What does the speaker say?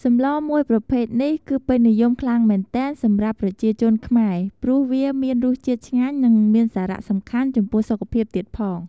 សម្លរមួយប្រភេទនេះគឺពេញនិយមខ្លាំងមែនទែនសម្រាប់ប្រជាជនខ្មែរព្រោះវាមានរសជាតិឆ្ងាញ់និងមានសារៈសំខាន់ចំពោះសុខភាពទៀតផង។